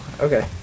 Okay